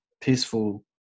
peaceful